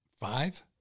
five